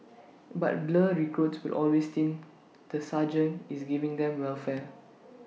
but blur recruits will always think the sergeant is giving them welfare